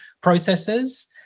processes